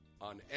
on